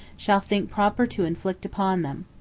shall think proper to inflict upon them.